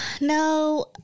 No